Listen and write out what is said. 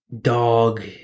dog